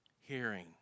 hearing